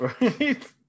right